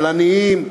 על עניים?